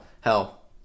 hell